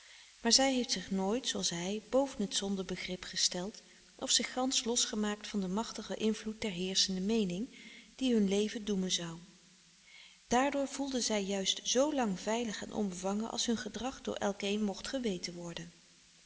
maar zij heeft zich nooit zooals hij boven het zonde begrip gesteld of zich gansch losgemaakt van den machtigen invloed der heerschende meening die hun leven doemen zou daardoor voelde zij juist zlang veilig en onbevangen als hun gedrag door elkeen mocht geweten worden